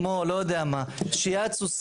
כמו שיאצו,